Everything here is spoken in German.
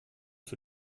für